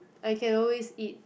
I can always eat